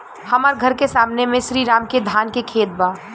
हमर घर के सामने में श्री राम के धान के खेत बा